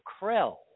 Krell